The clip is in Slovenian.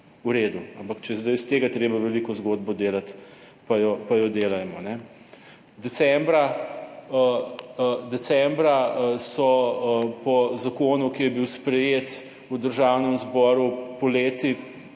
v redu. Ampak če je zdaj iz tega treba veliko zgodbo delati, pa jo delajmo. Decembra so po zakonu, ki je bil sprejet v državnem zboru poleti,